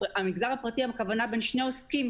המגזר הפרטי הכוונה היא בין שני עוסקים,